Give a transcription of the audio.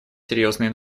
серьезные